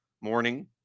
Morning